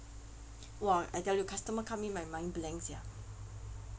!wah! I tell you customer come in my mind blank sia